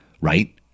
right